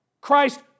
Christ